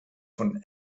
von